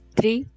Three